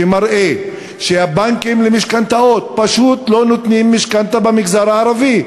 שמראה שהבנקים למשכנתאות פשוט לא נותנים משכנתה במגזר הערבי.